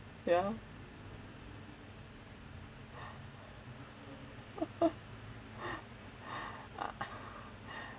ya